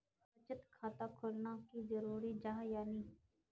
बचत खाता खोलना की जरूरी जाहा या नी?